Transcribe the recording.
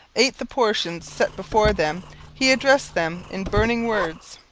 ate the portions set before them he addressed them in burning words.